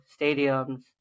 stadiums